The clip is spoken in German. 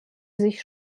sich